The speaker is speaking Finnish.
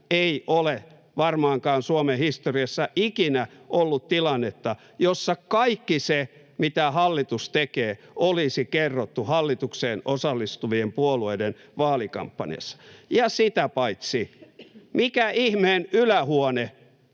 ei ole varmaankaan Suomen historiassa ollut tilannetta, jossa kaikki se, mitä hallitus tekee, olisi kerrottu hallitukseen osallistuvien puolueiden vaalikampanjassa. Sitä paitsi mikä ihmeen ylähuone